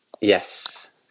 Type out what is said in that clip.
yes